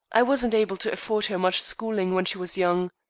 i wasn't able to afford her much schooling when she was young.